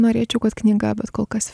norėčiau kad knyga bet kol kas